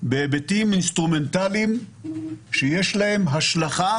בהיבטים אינסטרומנטליים שיש להם השלכה